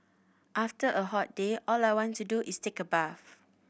after a hot day all I want to do is take a bath